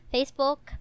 Facebook